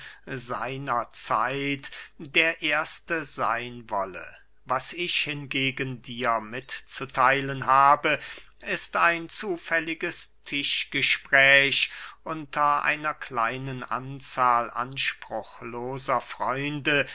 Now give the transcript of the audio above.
seiner zeit der erste seyn wolle was ich hingegen dir mitzutheilen habe ist ein zufälliges tischgespräch unter einer kleinen anzahl anspruchloser freunde